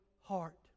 heart